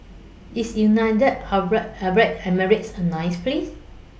IS United Arab Emirates A nice Place